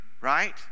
right